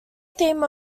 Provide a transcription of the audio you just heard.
theme